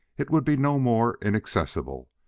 it would be no more inaccessible.